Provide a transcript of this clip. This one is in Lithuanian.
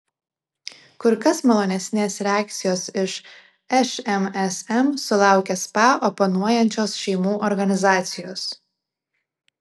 kur kas malonesnės reakcijos iš šmsm sulaukė spa oponuojančios šeimų organizacijos